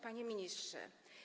Panie Ministrze!